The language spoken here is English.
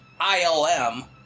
ILM